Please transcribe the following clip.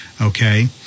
Okay